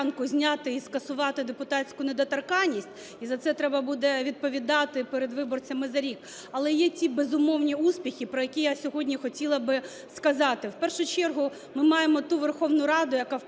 зняти і скасувати депутатську недоторканість. І за це треба буде відповідати перед виборцями за рік. Але є ті безумовні успіхи, про які я сьогодні хотіла би сказати. В першу чергу, ми маємо ту Верховну Раду, яка